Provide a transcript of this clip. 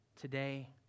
today